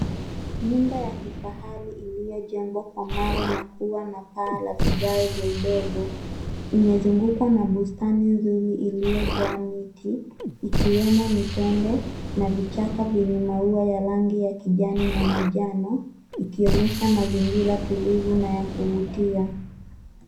Nyumba ya kifahari iliyojengwa kwa mawe na kuwa na paa la vigae vidogo, imezungukwa na bustani nzuri iliyojaa miti ikiwemo mitende na vichaka vyenye maua ya rangi ya kijani na manjano, ikionyesha mazingira tulivu na ya kuvutia.